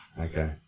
okay